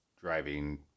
driving